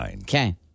okay